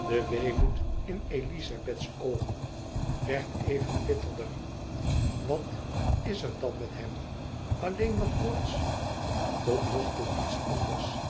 de weemoed in elizabeths oogen werd even bitterder wat is er dan met hem alleen wat koorts totnogtoe niets anders